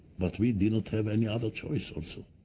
but we did not have any other choice, also.